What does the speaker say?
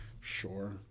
Sure